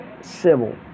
civil